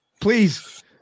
please